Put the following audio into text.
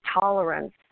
tolerance